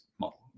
model